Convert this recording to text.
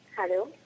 Hello